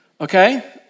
Okay